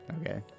Okay